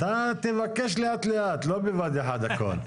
אתה תבקש לאט-לאט, לא בבת אחת הכול.